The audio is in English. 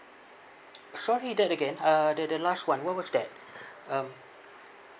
sorry that again uh the the last one what was that um